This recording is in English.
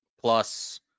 Plus